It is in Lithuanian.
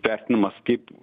vertinamas kaip